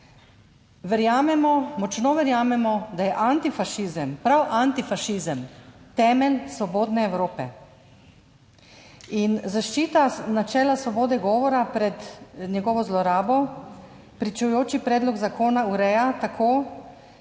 močno verjamemo, da je antifašizem, prav antifašizem temelj svobodne Evrope. In zaščita načela svobode govora pred njegovo zlorabo pričujoči predlog zakona ureja tako,